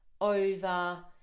over